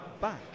back